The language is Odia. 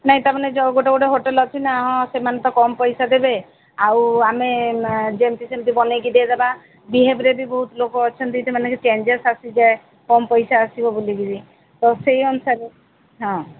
ନାଇ ତାମାନେ ଯୋଉ ଗୋଟେ ଗୋଟେ ହୋଟେଲ୍ ଅଛି ନା ହଁ ସେମାନେ ତ କମ୍ ପଇସା ଦେବେ ଆଉ ଆମେ ଯେମିତି ସେମିତି ବନେଇ କି ଦେଇ ଦେବା ବିହେବ୍ରେ ବି ବହୁତ ଲୋକ ଅଛନ୍ତି ସେମାନଙ୍କ ଚେଞ୍ଜସ୍ ଆସି ଯାଏ କମ୍ ପଇସା ଆସିବ ବୋଲିକିରି ଆଉ ସେଇ ଅନୁସାରେ ହଁ